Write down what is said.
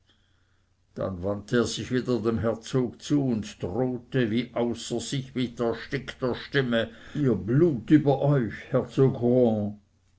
dann wandte er sich wieder dem herzog zu und drohte wie außer sich mit erstickter stimme ihr blut über euch